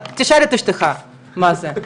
תשאל את אשתך מה זה.